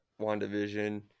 WandaVision